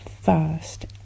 first